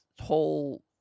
whole